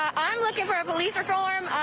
um looking for police reform.